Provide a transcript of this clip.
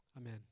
Amen